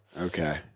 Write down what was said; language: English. Okay